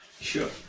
Sure